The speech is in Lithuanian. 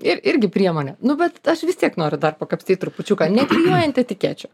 ir irgi priemonė nu bet aš vis tiek noriu dar pakapstyt trupučiuką neklijuojant etikečių